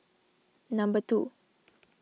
number two